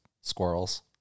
Squirrels